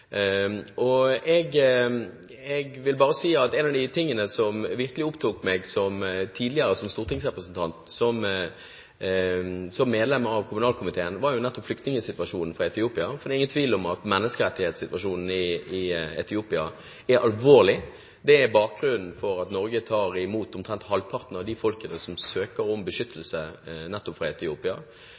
medlem av kommunalkomiteen, var nettopp flyktningsituasjonen for Etiopia. Det er ingen tvil om at menneskerettighetssituasjonen i Etiopia er alvorlig, og det er bakgrunnen for at Norge tar imot omtrent halvparten av de folkene som søker om beskyttelse nettopp fra Etiopia.